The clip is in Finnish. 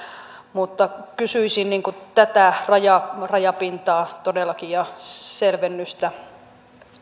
mutta kysyisin tätä rajapintaa todellakin ja selvennystä